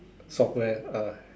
software uh